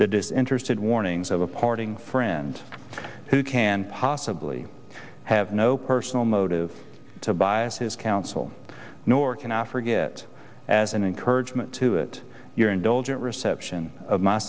that is interested warnings of a parting friend who can possibly have no personal motive to bias his counsel nor can i forget as an encouragement to it your indulgent reception of my